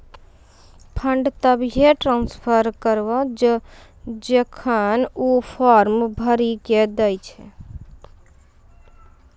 fund तभिये transfer करऽ जेखन ऊ फॉर्म भरऽ के दै छै